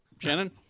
Shannon